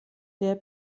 der